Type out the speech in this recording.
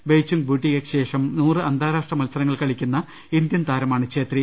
ബെയ്ച്ചുഗ് ബൂട്ടിയക്ക് ശേഷം നൂറ് അന്താരാഷ്ട്ര മത്സരങ്ങൾ കളിക്കുന്ന ഇന്ത്യൻതാരമാണ് ഛേത്രി